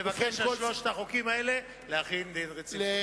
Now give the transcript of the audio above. מבקש על שלושת החוקים האלה להחיל דין רציפות.